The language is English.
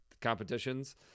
competitions